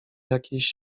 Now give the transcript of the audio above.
jakiejś